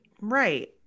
right